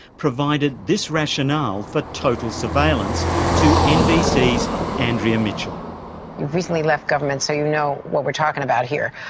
provided this rationale for total surveillance to nbc's andrea mitchell. you've recently left government, so you know what we're talking about here.